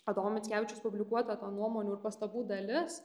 adomo mickevičius publikuota to nuomonių ir pastabų dalis